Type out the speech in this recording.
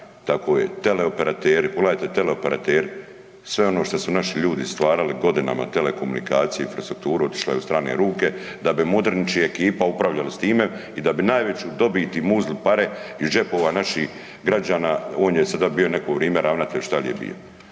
tako je teleoperateri. Pogledajte teleoperateri, sve ono što su naši ljudi stvarali godinama, telekomunikacije, infrastrukturu otišlo je u strane ruke da bi Mudrinić i ekipa upravljali s time i da bi najveću dobit i muzli pare iz džepova naših građana, on je sada bio neko vrijeme ravnatelj, šta li je bio.